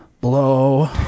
blow